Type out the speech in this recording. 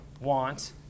want